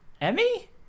Emmy